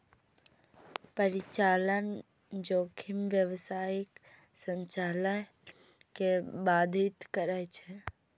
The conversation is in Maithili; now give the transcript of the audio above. परिचालन जोखिम व्यावसायिक संचालन कें बाधित करै छै